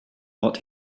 what